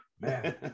Man